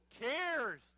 cares